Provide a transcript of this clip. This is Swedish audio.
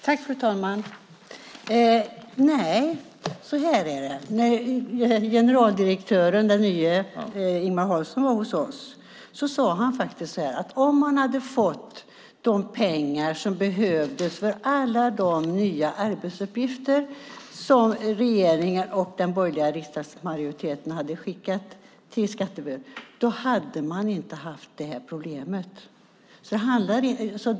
Fru talman! Nej, så här är det. När den nye generaldirektören Ingemar Hansson var hos oss sade han att om han hade fått de pengar som behövdes för alla de nya arbetsuppgifter som regeringen och den borgerliga riksdagsmajoriteten hade skickat till Skatteverket hade man inte haft problemet.